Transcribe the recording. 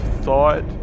thought